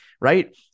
right